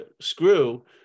screw